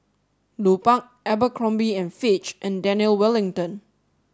Lupark Abercrombie and Fitch and Daniel Wellington